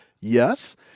Yes